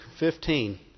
15